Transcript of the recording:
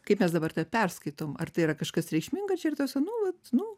kaip mes dabar tą perskaitom ar tai yra kažkas reikšminga čia ir tas nu vat nu